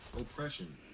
oppression